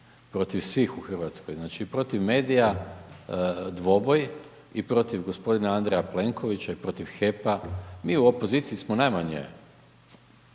protiv svih u RH, znači, i protiv medija dvoboj i protiv g. Andreja Plenkovića i protiv HEP-a, mi u opoziciji smo najmanje